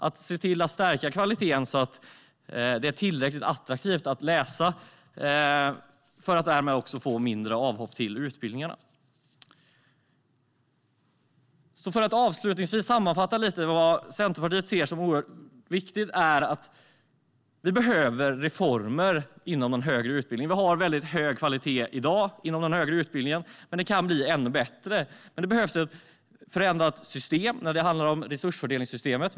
Vi ska se till att stärka kvaliteten så att det är tillräckligt attraktivt att läsa, och därmed blir det färre avhopp från utbildningarna. Låt mig avslutningsvis sammanfatta lite grann av vad Centerpartiet ser som oerhört viktigt: Vi behöver reformer inom den högre utbildningen. Vi har hög kvalitet i dag inom den högre utbildningen, men den kan bli ännu bättre. Det behövs då ett förändrat system när det handlar om resursfördelningssystemet.